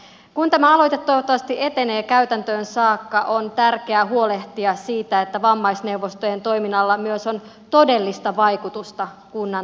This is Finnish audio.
kun tämä aloite toivottavasti etenee käytäntöön saakka on tärkeää huolehtia siitä että vammaisneuvostojen toiminnalla myös on todellista vaikutusta kunnan toimintaan